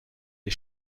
les